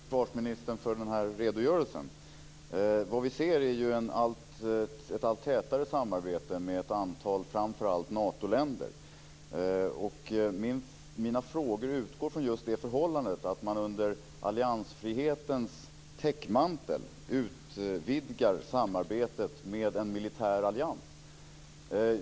Fru talman! Jag vill tacka försvarsministern för den här redogörelsen. Vad vi ser är ju ett allt tätare samarbete med ett antal länder, framför allt Natoländer. Mina frågor utgår från just det förhållandet att man under alliansfrihetens täckmantel utvidgar samarbetet med en militär allians.